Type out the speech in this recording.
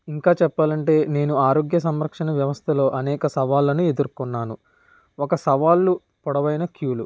ఇంకా చెప్పాలంటే నేను ఆరోగ్య సంరక్షణ వ్యవస్థలో అనేక సవాళ్ళను ఎదుర్కొన్నాను ఒక సవాళ్ళు పొడవైన క్యూలు